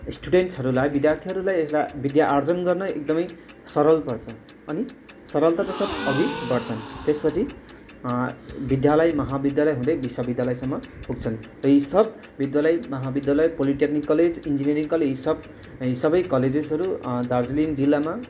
स्टुडेन्सहरूलाई विद्यार्थीहरूलाई यसलाई विद्या आर्जन गर्न एकदमै सरल पर्छ अनि सरलताको साथ अघि बढ्छन् त्यसपछि विद्यालय महाविद्यालय हुँदै विश्वविद्यालयसम्म पुग्छन् यी सब विद्यालय महाविद्यालय पोलिटेक्निक कलेज इन्जिनियरिङ कलेज यी सब सबै कलेजेसहरू दार्जिलिङ जिल्लामा